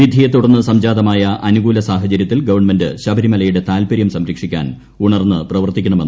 വിധിയെ തുടർന്ന് ക്ര സംജാതമായ അനുകൂല സാഹചര്യത്തിൽ ഗവൺമെന്റ് ശുബരിമലയുടെ താൽപ്പര്യം സംരക്ഷിക്കാൻ ഉണർന്ന് പ്രവർത്തിക്കണ്ട്